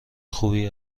خوبی